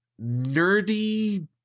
nerdy